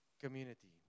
community